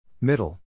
Middle